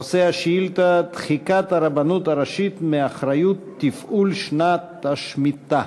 נושא השאילתה: דחיקת הרבנות הראשית מאחריות לתפעול שנת השמיטה.